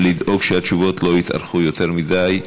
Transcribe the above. לדאוג שהתשובות לא יתארכו יותר מדי.